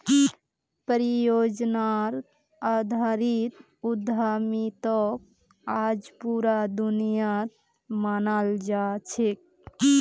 परियोजनार आधारित उद्यमिताक आज पूरा दुनियात मानाल जा छेक